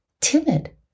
timid